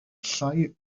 llai